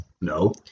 No